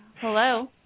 Hello